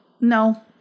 no